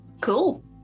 Cool